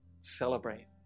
celebrate